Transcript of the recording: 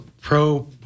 pro